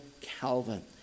Calvin